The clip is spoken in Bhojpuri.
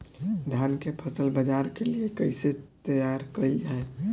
धान के फसल बाजार के लिए कईसे तैयार कइल जाए?